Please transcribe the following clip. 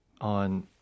on